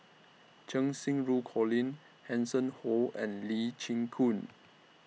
Cheng Xinru Colin Hanson Ho and Lee Chin Koon